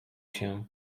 się